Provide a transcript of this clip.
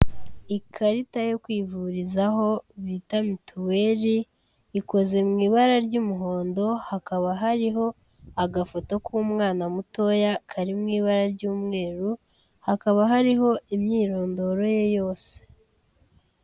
Ikarita yo kwivurizaho bita mituweri ikoze mu ibara ry'umuhondo, hakaba hariho agafoto k'umwana mutoya kari mu ibara ry'umweru, hakaba hariho imyirondoro ye yose.